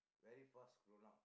very fast grown out